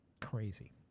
crazy